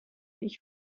ich